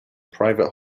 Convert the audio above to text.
private